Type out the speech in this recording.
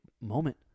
moment